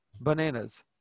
bananas